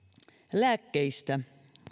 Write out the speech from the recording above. lääkkeistä